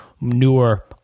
newer